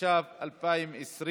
התש"ף 2020,